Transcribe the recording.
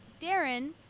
Darren